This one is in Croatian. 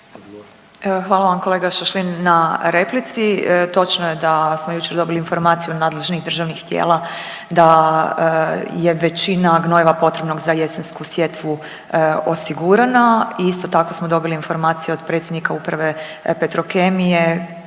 Hvala vam kolega Šašlin na replici. Točno je da smo jučer dobili informaciju nadležnih državnih tijela da je većina gnojiva potrebnog za jesensku sjetvu osigurano i isto tako smo dobili informacije od predsjednika Uprave Petrokemije